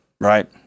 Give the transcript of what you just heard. right